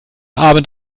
abend